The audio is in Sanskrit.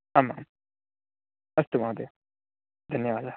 आम् आम् अस्तु महोदय धन्यवाद